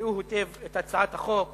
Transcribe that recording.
יקראו היטב את הצעת החוק